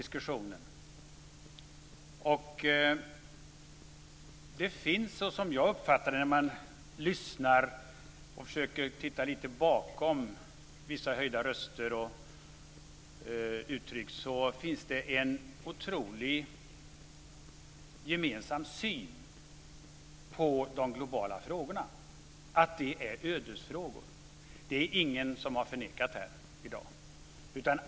Såsom jag uppfattar det finns det - bakom höjda röster och vissa uttryck - en gemensam syn på att de globala frågorna är ödesfrågor. Det är det ingen som har förnekat här i dag.